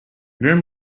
grim